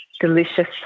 delicious